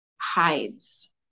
hides